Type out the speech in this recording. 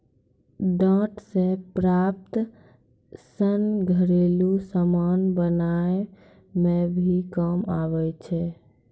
डांट से प्राप्त सन घरेलु समान बनाय मे भी काम आबै छै